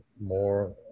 more